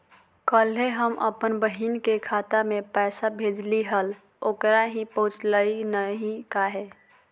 कल्हे हम अपन बहिन के खाता में पैसा भेजलिए हल, ओकरा ही पहुँचलई नई काहे?